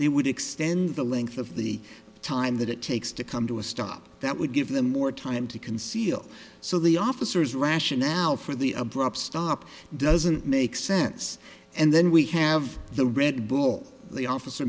they would extend the length of the time that it takes to come to a stop that would give them more time to conceal so the officers rationale for the abrupt stop doesn't make sense and then we have the red bull the officer